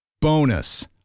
Bonus